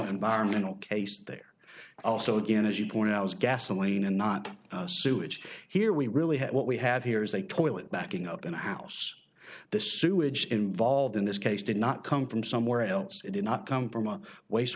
environmental case there also again as you pointed out was gasoline and not sewage here we really had what we have here is a toilet backing up in a house the sewage involved in this case did not come from somewhere else it did not come from a waste